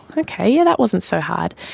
ah okay, yeah that wasn't so hard.